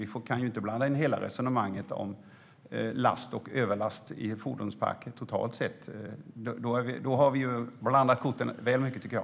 Vi kan inte blanda in hela resonemanget om last och överlast i fordonsparken totalt sett. Då har vi blandat korten lite väl mycket, tycker jag.